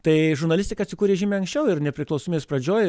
tai žurnalistika atsikūrė žymiai anksčiau ir nepriklausomybės pradžioj